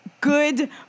Good